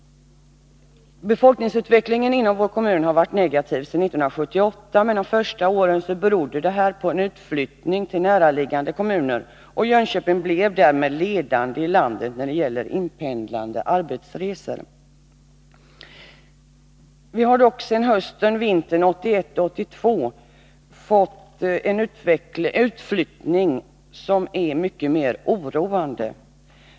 Befolkningsutvecklingen i vår kommun har varit negativ sedan 1978. Under de första åren berodde befolkningsminskningen på en utflyttning till näraliggande kommuner. Jönköping blev därmed ledande i landet när det gällde inpendlande arbetsresor. Sedan hösten/vintern 1981-1982 har vi fått en utflyttning som är mycket mer oroande.